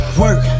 work